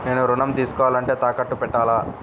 నేను ఋణం తీసుకోవాలంటే తాకట్టు పెట్టాలా?